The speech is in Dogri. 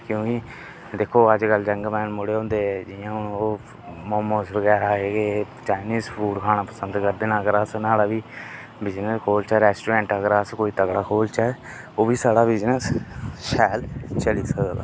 क्योंकि दिक्खो अज्ज कल्ल जंगमैन मुड़े हुंदे जि'यां हून ओह् मोमोज़ बगैरा चाइनीज़ बगैरा एह् फूड खाना पसंद करदे न अगर अस नाड़ा बी बिजनेस खोलचै रैस्टूरैंट अगर अस कोई नोआड़ा खोलचै ओह् बी साढ़ा बिजनेस शैल चली सकदा